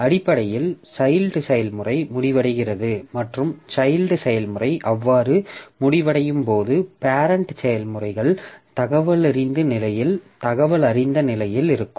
அடிப்படையில் சைல்ட் செயல்முறை முடிவடைகிறது மற்றும் சைல்ட் செயல்முறை அவ்வாறு முடிவடையும் போது பேரெண்ட் செயல்முறைகள் தகவலறிந்த நிலையில் இருக்கும்